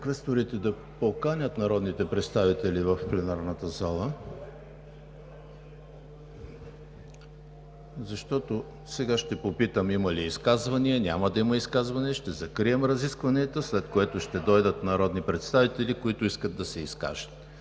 квесторите да поканят народните представители в пленарната зала, защото сега ще попитам: „Има ли изказвания?“ Няма да има изказвания, ще закрием разискванията, след което ще дойдат народни представители, които ще искат да се изкажат